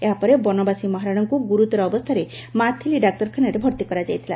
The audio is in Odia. ଏହାପରେ ବନବାସୀ ମହାରଣାଙ୍କୁ ଗୁରୁତର ଅବସ୍ଚାରେ ମାଥିଲି ଡାକ୍ତରଖାନାରେ ଭର୍ତି କରାଯାଇଥିଲା